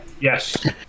Yes